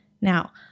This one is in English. Now